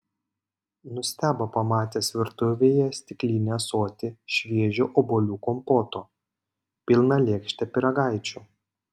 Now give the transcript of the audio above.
nustebo pamatęs virtuvėje stiklinį ąsotį šviežio obuolių kompoto pilną lėkštę pyragaičių